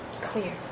clear